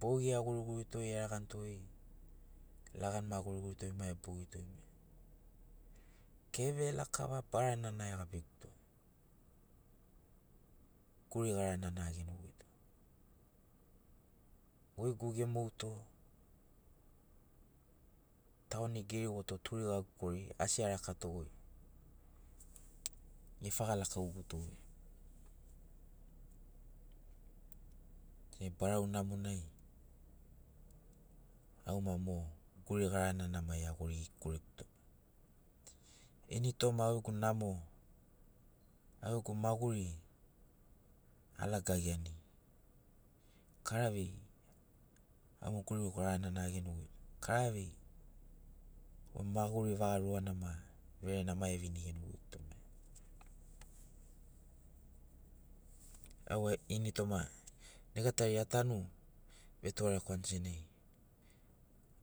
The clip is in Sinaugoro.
Bogi agurigurito eraganito lagani ma agurigurito ma ebogito keve lakava baranana egabiguto guri garana na agenogoito guigu emouto tauanigu erigoto turigagu koriri asi arakato goi efaga lakauguto goi ne barau namo nai au ma mo guri garanana ma eagori kureguto ini toma au gegu namo au gegu maguri alagaiani kara vei au mo guri garanana egenogoito kara vei maguri vaga ruana na ma vere na ma evinigenogoiguto au e ini toma nega tai atanu vetugarekwani sena